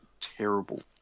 terrible